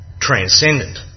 transcendent